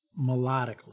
melodically